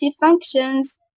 functions